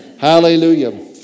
Hallelujah